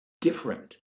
different